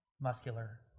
muscular